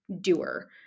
doer